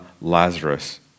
Lazarus